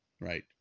right